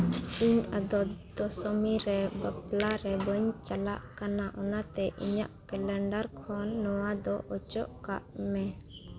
ᱤᱧ ᱟᱫᱚ ᱫᱚᱥᱚᱢᱤ ᱨᱮ ᱵᱟᱯᱞᱟ ᱨᱮ ᱵᱟᱹᱧ ᱪᱟᱞᱟᱜ ᱠᱟᱱᱟ ᱚᱱᱟᱛᱮ ᱤᱧᱟᱹᱜ ᱠᱮᱞᱮᱱᱰᱟᱨ ᱠᱷᱚᱱ ᱱᱚᱣᱟ ᱫᱚ ᱚᱪᱚᱜ ᱠᱟᱜ ᱢᱮ